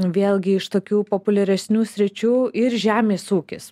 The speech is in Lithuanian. vėlgi iš tokių populiaresnių sričių ir žemės ūkis